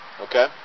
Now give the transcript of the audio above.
Okay